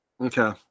Okay